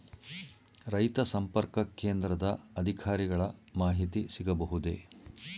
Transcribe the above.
ರೈತ ಸಂಪರ್ಕ ಕೇಂದ್ರದ ಅಧಿಕಾರಿಗಳ ಮಾಹಿತಿ ಸಿಗಬಹುದೇ?